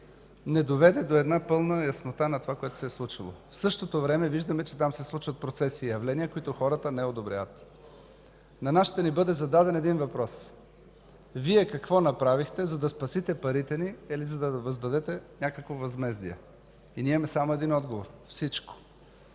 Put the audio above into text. не доведе до пълна яснота на онова, което се е случило. В същото време виждаме, че там се случват процеси и явления, които хората не одобряват. На нас ще ни бъде зададен един въпрос: вие какво направихте, за да спасите парите ни или за да въздадете някакво възмездие? И ние имаме само един отговор – всичко!